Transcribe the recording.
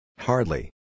Hardly